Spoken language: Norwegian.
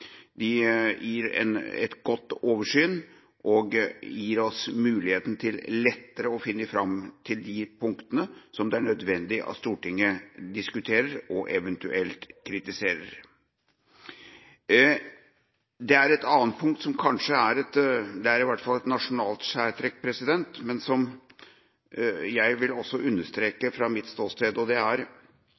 De gir et godt oversyn og gir oss muligheten til lettere å finne fram til de punktene som det er nødvendig at Stortinget diskuterer og eventuelt kritiserer. Det er et annet punkt – som i hvert fall er et nasjonalt særtrekk, men som jeg vil understreke fra mitt ståsted – og det er